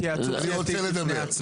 התייעצות סיעתית לפני הצבעה.